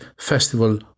festival